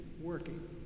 working